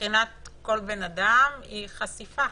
מבחינת כל בן אדם זה חשיפה,